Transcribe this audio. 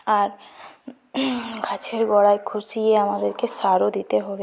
আর গাছের গোড়ায় খুঁচিয়ে আমাদেরকে সারও দিতে হবে